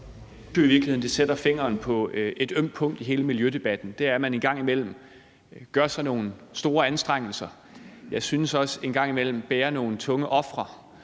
det sætter fingrene på et ømt punkt i hele miljødebatten, nemlig at man en gang imellem gør sig nogle store anstrengelser, og hvor jeg også synes man en gang mellem bærer nogle tunge ofre,